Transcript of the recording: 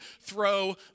throw